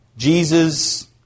Jesus